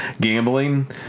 gambling